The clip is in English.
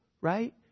right